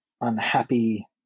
unhappy